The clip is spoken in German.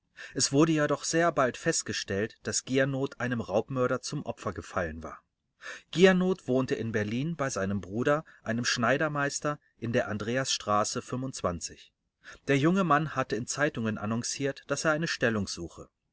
es wurde jedoch sehr bald festgestellt daß giernoth einem raubmörder zum opfer gefallen war giernoth wohnte in berlin bei seinem bruder einem schneidermeister in der andreasstraße der junge mann hatte in zeitungen annonciert daß er eine stellung suche